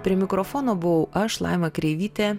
prie mikrofono buvau aš laima kreivytė